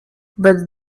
but